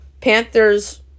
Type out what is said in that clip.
Panthers